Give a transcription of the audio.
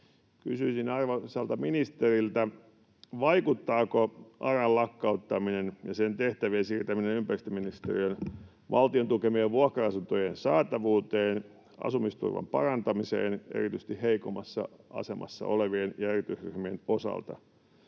Kysyisin arvoisalta ministeriltä: Vaikuttaako ARAn lakkauttaminen ja sen tehtävien siirtäminen ympäristöministeriöön valtion tukemien vuokra-asuntojen saatavuuteen, asumisturvan parantamiseen, erityisesti heikoimmassa asemassa olevien ja erityisryhmien osalta?